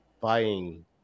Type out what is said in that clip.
buying